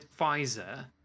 Pfizer